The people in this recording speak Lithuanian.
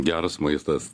geras maistas